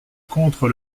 contre